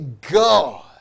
god